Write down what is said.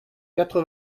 quatre